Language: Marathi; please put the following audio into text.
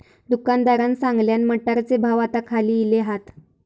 दुकानदारान सांगल्यान, मटारचे भाव आता खाली इले हात